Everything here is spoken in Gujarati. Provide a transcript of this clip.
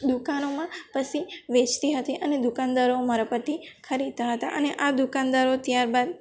દુકાનોમાં પછી વેચતી હતી અને દુકાનદારો મારા પરથી ખરીદતા હતા અને આ દુકાનદારો ત્યારબાદ